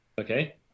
Okay